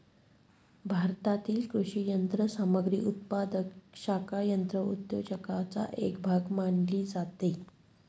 भारतातील कृषी यंत्रसामग्री उत्पादक शाखा यंत्र उद्योगाचा एक भाग मानली जाते